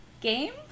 Game